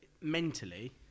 mentally